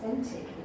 authentic